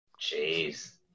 Jeez